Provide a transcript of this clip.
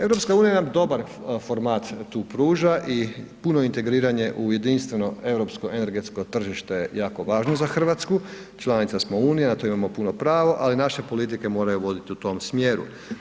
EU nam dobar format tu pruža i puno integriranje u jedinstveno europsko energetsko tržište je jako važno za Hrvatsku, članica smo unije na to imamo puno pravo, ali naša politike moraju voditi u tom smjeru.